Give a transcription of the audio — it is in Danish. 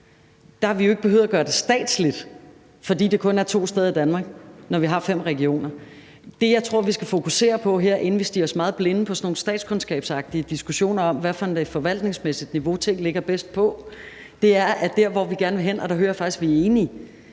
Der har vi jo ikke behøvet at gøre det statsligt, fordi det kun er to steder i Danmark, når vi har fem regioner. Det, jeg tror vi skal fokusere på her – inden vi stirrer os meget blinde på sådan nogle statskundskabsagtige diskussioner om, hvad for et forvaltningsmæssigt niveau ting ligger bedst på – er, at vi gerne vil nå frem til, at man får den